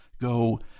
go